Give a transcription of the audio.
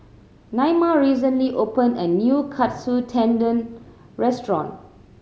Naima recently opened a new Katsu Tendon Restaurant